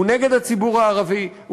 הוא נגד הציבור הערבי,